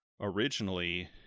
originally